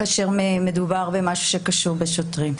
כאשר מדובר במשהו שקשור לשוטרים.